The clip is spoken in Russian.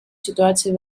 ситуации